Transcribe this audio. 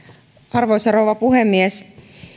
arvoisa rouva puhemies